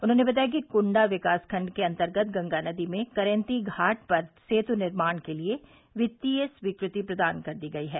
उन्होंने बताया कि कंडा विकासखंड के अन्तर्गत गंगा नदी में करेन्ती घाट पर सेत् निर्माण के लिए वित्तीय स्वीकृति प्रदान कर दी गई है